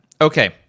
Okay